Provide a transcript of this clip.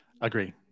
Agree